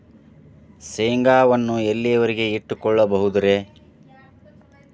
ಶೇಂಗಾವನ್ನು ಎಲ್ಲಿಯವರೆಗೂ ಇಟ್ಟು ಕೊಳ್ಳಬಹುದು ರೇ?